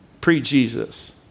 pre-Jesus